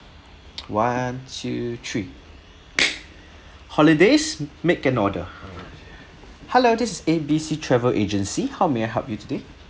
one two three holidays make an order hello this is A B C travel agency how may I help you today